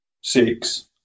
six